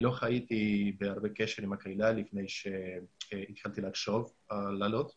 לא הייתי בקשר עם הקהילה לפני שהתחלתי לחשוב על עלייה לכאן.